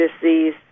disease